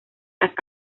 las